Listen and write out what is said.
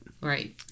Right